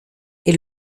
est